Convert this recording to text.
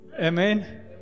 Amen